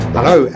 Hello